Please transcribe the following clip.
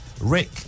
Rick